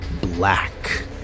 black